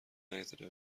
نگذره